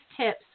tips